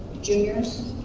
juniors